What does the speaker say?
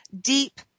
deep